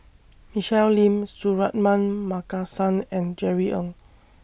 Michelle Lim Suratman Markasan and Jerry Ng